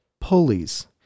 Pulleys